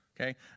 Okay